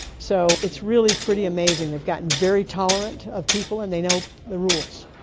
so it's really pretty amazing. they've gotten very tolerant of people and they know the rules.